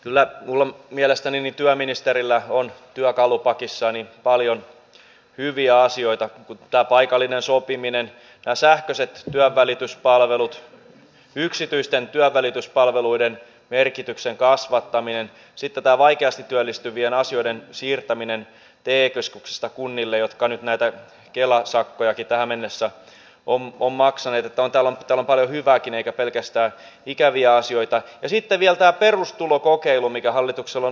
kyllä mielestäni työministerillä on työkalupakissaan paljon hyviä asioita kuten tämä paikallinen sopiminen nämä sähköiset työnvälityspalvelut yksityisten työnvälityspalveluiden merkityksen kasvattaminen sitten tämä vaikeasti työllistyvien asioiden siirtäminen te keskuksista kunnille jotka nyt näitä kela sakkojakin tähän mennessä ovat maksaneet niin että on täällä paljon hyvääkin eikä pelkästään ikäviä asioita ja sitten vielä tämä perustulokokeilu mikä hallituksella on ohjelmassaan